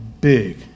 big